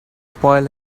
spoil